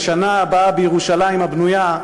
"לשנה הבאה בירושלים הבנויה",